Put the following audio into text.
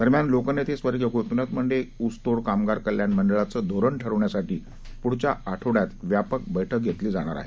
दरम्यान लोकनेते स्वर्गीय गोपीनाथ मुंडे ऊसतोड कामगार कल्याण मंडळाचं धोरण ठरवण्यासाठी पुढच्या आठवड्यात व्यापक बैठक घेतली जाणार आहे